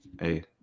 hey